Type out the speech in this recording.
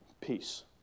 peace